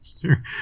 Sure